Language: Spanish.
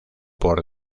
por